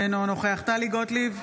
אינו נוכח טלי גוטליב,